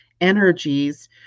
energies